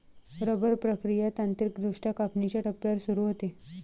rubber प्रक्रिया तांत्रिकदृष्ट्या कापणीच्या टप्प्यावर सुरू होते